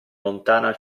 lontana